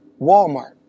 Walmart